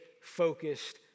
focused